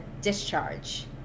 discharge